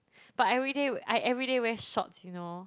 but everyday I everyday wear shorts you know